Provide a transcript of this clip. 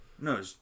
No